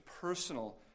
personal